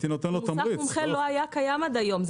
מוסך מומחה לא היה קיים עד היום.